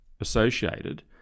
associated